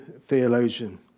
theologian